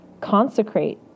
consecrate